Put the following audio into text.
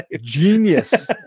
genius